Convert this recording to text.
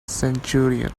centurion